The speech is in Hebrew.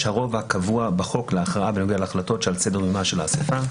הרוב הקבוע בחוק להכרעה בנוגע להחלטות שעל סדר יומה של האסיפה.